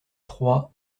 troyes